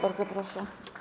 Bardzo proszę.